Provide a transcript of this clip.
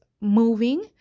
moving